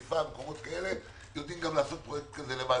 חיפה וכו' יודעות לעשות פרויקטים כאלה לבד.